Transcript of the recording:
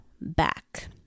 back